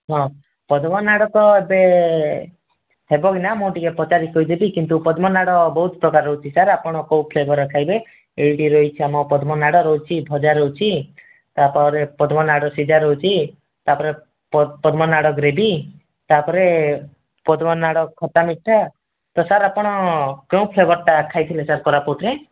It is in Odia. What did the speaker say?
ହଁ ପଦ୍ମନାଡ଼ ତ ଏବେ ହେବ କି ନାହିଁ ମୁଁ ଟିକିଏ ପଚାରିକି କହିଦେବି କିନ୍ତୁ ପଦ୍ମନାଡ଼ ବହୁତ ପ୍ରକାର ରହୁଛି ସାର୍ ଆପଣ କେଉଁ ଫ୍ଲେବରର ଖାଇବେ ଏଇଠି ରହିଛି ଆମ ପଦ୍ମନାଡ଼ ରହୁଛି ଭଜା ରହୁଛି ତା'ପରେ ପଦ୍ମନାଡ଼ ସିଝା ରହୁଛି ତା'ପରେ ପଦ୍ମନାଡ଼ ଗ୍ରେଭି ତା'ପରେ ପଦ୍ମନାଡ଼ ଖଟା ମିଠା ତ ସାର୍ ଆପଣ କୋଉଁ ଫ୍ଲେବରଟା ଖାଇଥିଲେ ସାର୍ କୋରାପୁଟରେ